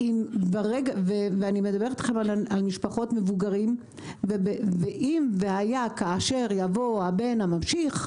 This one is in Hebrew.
אני מדברת איתכם על משפחות מבוגרים ואם והיה כאשר יבוא הבן הממשיך,